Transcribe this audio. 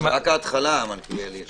זו רק ההתחלה, מלכיאלי.